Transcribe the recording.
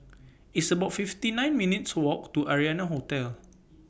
It's about fifty nine minutes' Walk to Arianna Hotel